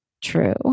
true